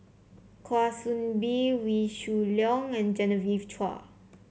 Kwa Soon Bee Wee Shoo Leong and Genevieve Chua